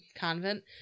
convent